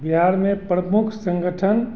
बिहार में प्रमुख संगठन